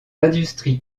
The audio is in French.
industries